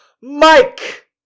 Mike